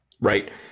right